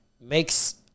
makes